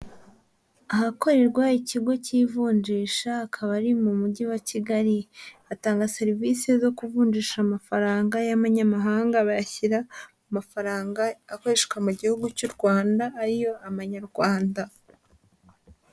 Ahakorerwa ikigo cy'ivunjisha akaba ari mu Mujyi wa Kigali. Batanga serivisi zo kuvunjisha amafaranga y'amanyamahanga, bayashyira mu mafaranga akoreshwa mu Gihugu cy'u Rwanda ari yo Amanyarwanda.